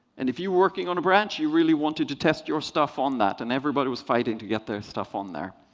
and if you're working on a branch, you really wanted to test your stuff on that, and everybody was fighting to get their stuff on there.